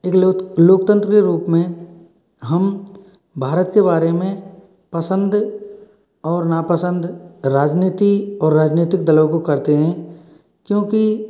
एक लोकतंत्र के रूप में हम भारत के बारे में पसंद और नापसंद राजनीति और राजनीतिक दलों को करते हैं क्योंकि